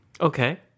Okay